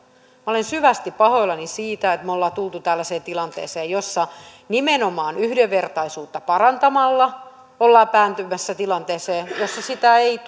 minä olen syvästi pahoillani siitä että me olemme tulleet tällaiseen tilanteeseen jossa nimenomaan yhdenvertaisuutta parantamalla ollaan päätymässä tilanteeseen jossa sitä ei